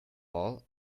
all